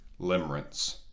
limerence